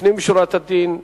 לפנים משורת הדין,